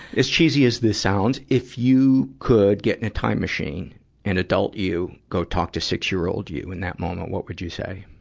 as cheesy as this sounds, if you could get in a time machine and adult you go talk to six-year-old you in that moment, what would you say?